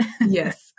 Yes